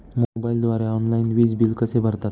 मोबाईलद्वारे ऑनलाईन वीज बिल कसे भरतात?